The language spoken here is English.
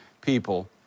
people